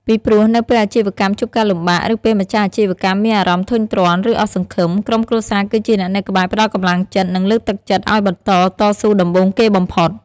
ពីព្រោះ នៅពេលអាជីវកម្មជួបការលំបាក ឬពេលម្ចាស់អាជីវកម្មមានអារម្មណ៍ធុញទ្រាន់ ឬអស់សង្ឃឹម ក្រុមគ្រួសារគឺជាអ្នកនៅក្បែរផ្តល់កម្លាំងចិត្ត និងលើកទឹកចិត្តឲ្យបន្តតស៊ូដំបូងគេបំផុត។